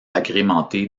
agrémenté